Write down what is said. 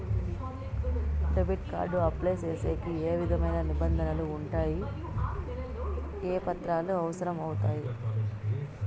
Debit card apply సేసేకి ఏ విధమైన నిబంధనలు ఉండాయి? ఏ పత్రాలు అవసరం అవుతాయి?